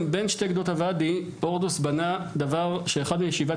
שתי גדות הוואדי הורדוס בנה דבר שהוא אחד משבעת